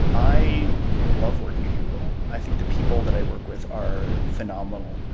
i love working at google. i think the people that i work with are phenomenal,